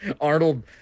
Arnold